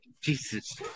Jesus